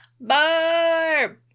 Barb